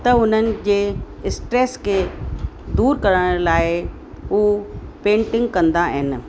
त हुननि जे स्ट्रेस खे दूर करण लाइ हू पेंटिंग कंदा आहिनि